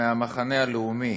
מהמחנה הלאומי,